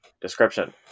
Description